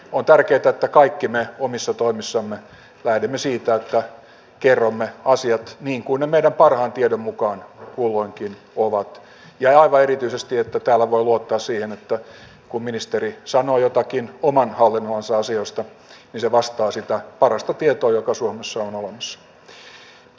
on tärkeätä että kaikki me omissa toimissamme lähdemme siitä että kerromme asiat niin kuin ne meidän parhaan tietomme mukaan kulloinkin ovat ja aivan erityisesti että täällä voi luottaa siihen että kun ministeri sanoo jotakin oman hallinnonalansa asioista niin se vastaa sitä parasta tietoa joka suomessa on olemassa